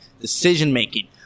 decision-making